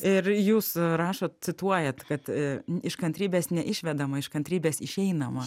ir jūs rašot cituojat kad iš kantrybės neišvedama iš kantrybės išeinama